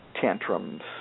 tantrums